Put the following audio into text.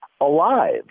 alive